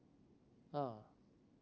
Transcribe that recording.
ah